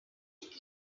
keep